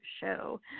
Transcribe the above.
show